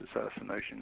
assassination